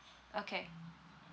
okay